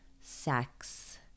sex